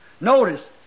Notice